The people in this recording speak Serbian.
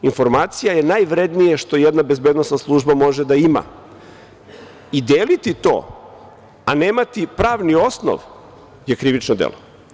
Informacija je najvrednije što jedna bezbednosna služba može da ima i deliti to, a nemati pravni osnov, to je krivično delo.